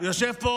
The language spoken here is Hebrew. יושב פה